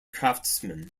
craftsmen